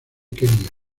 kenia